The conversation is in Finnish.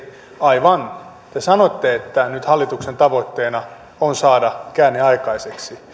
aivan te sanoitte että nyt hallituksen tavoitteena on saada käänne aikaiseksi